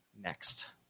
next